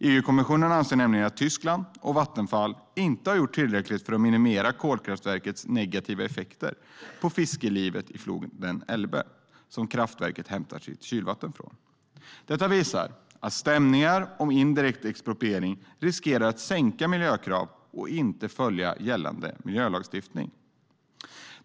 EU-kommissionen anser nämligen att Tyskland och Vattenfall inte har gjort tillräckligt för att minimera kolkraftverkets negativa effekter på fisklivet i floden Elbe, som kraftverket hämtar sitt kylvatten från. Detta visar att stämning om indirekt expropriering riskerar att sänka miljökrav och inte följa gällande miljölagstiftning.